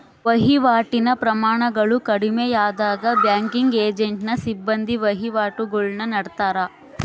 ವಹಿವಾಟಿನ ಪ್ರಮಾಣಗಳು ಕಡಿಮೆಯಾದಾಗ ಬ್ಯಾಂಕಿಂಗ್ ಏಜೆಂಟ್ನ ಸಿಬ್ಬಂದಿ ವಹಿವಾಟುಗುಳ್ನ ನಡತ್ತಾರ